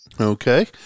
Okay